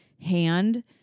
hand